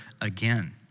again